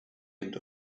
end